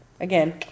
again